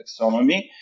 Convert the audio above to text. taxonomy